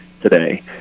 today